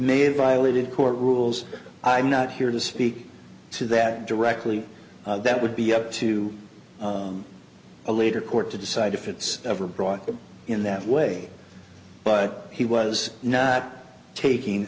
have violated court rules i'm not here to speak to that directly that would be up to a later court to decide if it's ever brought up in that way but he was not taking